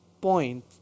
point